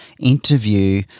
interview